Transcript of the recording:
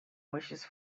wishes